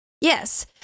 Yes